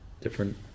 different